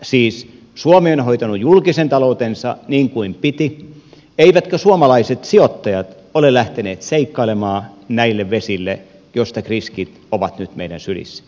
siis suomi on hoitanut julkisen taloutensa niin kuin piti eivätkä suomalaiset sijoittajat ole lähteneet seikkailemaan näille vesille joista riskit ovat nyt meidän sylissämme